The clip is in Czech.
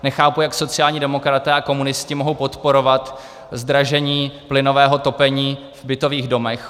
Nechápu, jak sociální demokraté a komunisti mohou podporovat zdražení plynového topení v bytových domech.